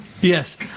Yes